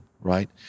right